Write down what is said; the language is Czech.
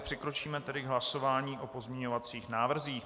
Přikročíme tedy k hlasování o pozměňovacích návrzích.